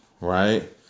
right